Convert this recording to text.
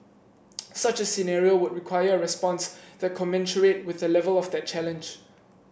such a scenario would require a response that commensurate with the level of that challenge